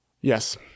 Yes